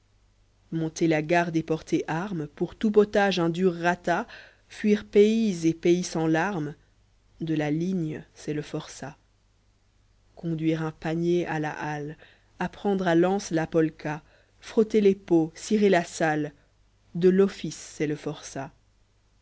monter la garde et porter armes pour tout potage un dur rata fuir payse et pays sans larmes de la ligne c'est le forçat conduire un panier à la halle apprendre à l'anse la polka frotter les pois cirer la salle de l'office c'est le forçat